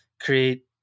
create